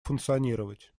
функционировать